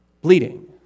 bleeding